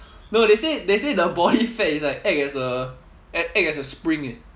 no they say they say the body fat is like act as a act as a spring eh